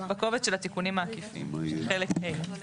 בקובץ של התיקונים העקיפים, של חלק ה'.